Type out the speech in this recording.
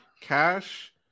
cash